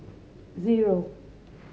zero